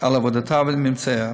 על עבודתה וממצאיה.